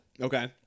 Okay